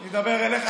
אני אדבר אליך.